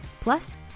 Plus